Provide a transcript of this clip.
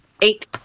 Eight